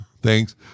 Thanks